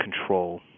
control